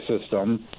system